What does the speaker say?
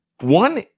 one